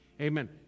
Amen